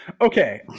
Okay